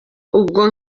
ubwo